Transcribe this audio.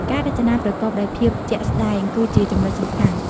ការរចនាប្រកបដោយភាពជាក់ស្តែងគឺជាចំណុចសំខាន់។